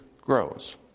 grows